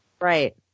Right